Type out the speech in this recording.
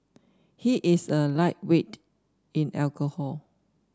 he is a lightweight in alcohol